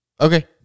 Okay